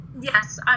Yes